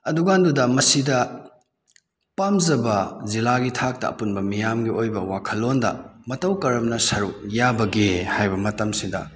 ꯑꯗꯨꯀꯥꯟꯗꯨꯗ ꯃꯁꯤꯗ ꯄꯥꯝꯖꯕ ꯖꯤꯜꯂꯥꯒꯤ ꯊꯥꯛꯇ ꯑꯄꯨꯟꯕ ꯃꯤꯌꯥꯝꯒꯤ ꯑꯣꯏꯕ ꯋꯥꯈꯜꯂꯣꯟꯗ ꯃꯇꯧ ꯀꯔꯝꯅ ꯁꯔꯨꯛ ꯌꯥꯕꯒꯦ ꯍꯥꯏꯕ ꯃꯇꯝꯁꯤꯗ